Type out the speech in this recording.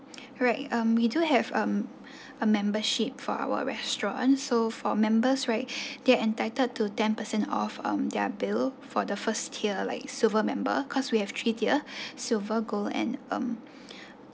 alright um we do have um a membership for our restaurant so for members right they're entitled to ten percent off um their bill for the first year like silver member cause we have three tier silver gold and um